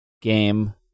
game